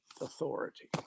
authority